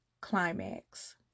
climax